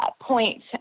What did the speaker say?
point